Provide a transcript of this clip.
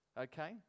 Okay